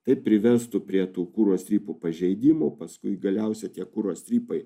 tai privestų prie tų kuro strypų pažeidimų paskui galiausia tie kuro strypai